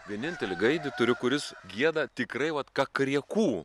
vienintelį gaidį turiu kuris gieda tikrai vat kakariekū